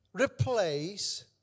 replace